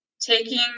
taking